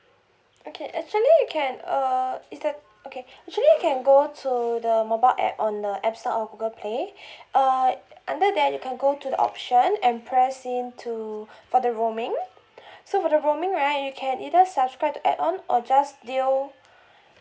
okay actually you can uh is that okay you actually can go to the mobile app on uh app store or google play uh under that you can go to the option and press into for the roaming so for the roaming right you can either subscribe to add on or just deal